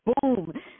Boom